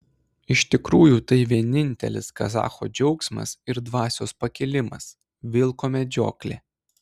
iš tikrųjų tai vienintelis kazacho džiaugsmas ir dvasios pakilimas vilko medžioklė